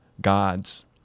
gods